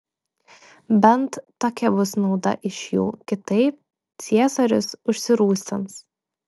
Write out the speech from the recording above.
bent tokia bus nauda iš jų kitaip ciesorius užsirūstins